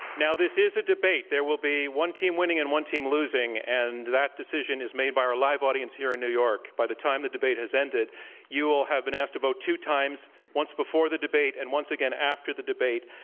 now this is a debate. there will be one team winning and one team losing and that decision is made by our live audience here in new york. by the time the debate has ended you will have been asked to vote two times, once before the debate and once again after the debate.